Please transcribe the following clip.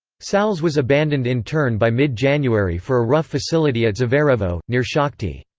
salsk was abandoned in turn by mid-january for a rough facility at zverevo, near shakhty.